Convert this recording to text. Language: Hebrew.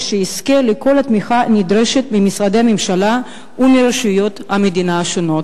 ושיזכה לכל התמיכה הנדרשת ממשרדי הממשלה ומרשויות המדינה השונות.